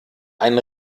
ein